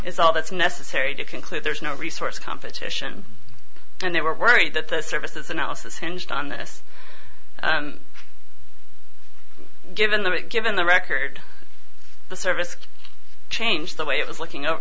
is all that's necessary to conclude there's no resource competition and they were worried that the services analysis hinged on this given that given the record the service could change the way it was looking up